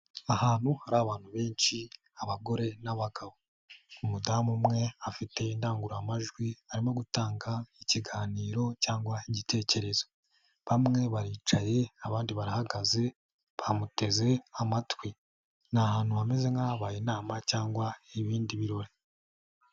Ahantu hari abantu benshi abagore n'abagabo, umudamu umwe afite indangururamajwi arimo gutanga ikiganiro cyangwa igitekerezo, bamwe baricaye abandi barahagaze bamuteze amatwi ni ahantu hameze nk'ahabaye inama cyangwa nk'ibindi birori.